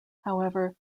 however